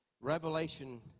Revelation